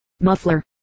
muffler